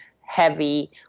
heavy